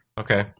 Okay